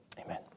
Amen